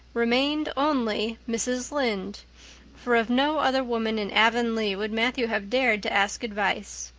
remained only mrs. lynde for of no other woman in avonlea would matthew have dared to ask advice.